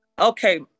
Okay